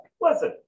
Listen